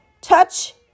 Touch